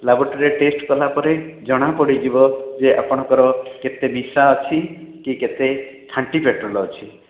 ଲାବ୍ରୋଟରୀରେ test କଲାପରେ ଜଣା ପଡ଼ିଯିବ ଯେ ଆପଣଙ୍କର କେତେ ମିଶା ଅଛି କି କେତେ ଖାଣ୍ଟି ପେଟ୍ରୋଲ୍ ଅଛି